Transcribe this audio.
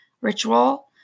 ritual